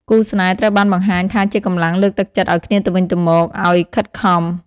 គូស្នេហ៍ ត្រូវបានបង្ហាញថាជាកម្លាំងលើកទឹកចិត្តឱ្យគ្នាទៅវិញទៅមកឱ្យខិតខំ។